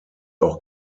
auch